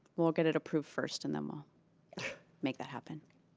we'll get it approved first and the we'll make that happen.